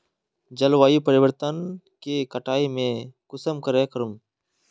जलवायु परिवर्तन के कटाई में कुंसम करे करूम?